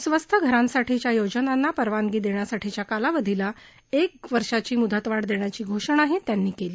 स्वस्त घरांसाठीच्या योजनांना परवानगी देण्यासाठीच्या कालावधीला क वर्षाची मुदतवाढ देण्याची घोषणाही त्यांनी केली